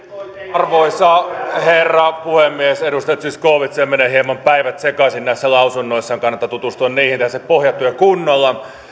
arvoisa herra puhemies edustaja zyskowiczilla menevät hieman päivät sekaisin näissä lausunnoissaan kannattaa tutustua niihin tehdä se pohjatyö kunnolla